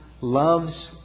loves